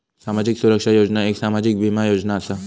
सामाजिक सुरक्षा योजना एक सामाजिक बीमा योजना असा